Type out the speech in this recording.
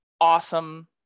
awesome